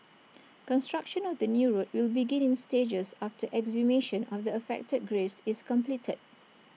construction of the new road will begin in stages after exhumation of the affected graves is completed